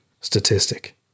statistic